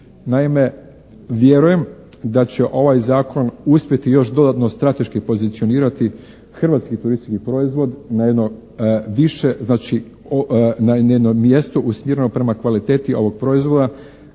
Naime, vjerujem da će ovaj zakon uspjeti još dodatno strateški pozicionirati hrvatski turistički proizvod na jedno više, znači, na jedno mjesto usmjereno prema kvaliteti ovog proizvoda.